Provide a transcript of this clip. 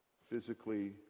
physically